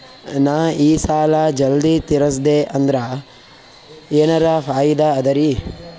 ನಾ ಈ ಸಾಲಾ ಜಲ್ದಿ ತಿರಸ್ದೆ ಅಂದ್ರ ಎನರ ಫಾಯಿದಾ ಅದರಿ?